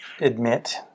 admit